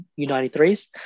U93s